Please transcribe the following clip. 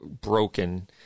broken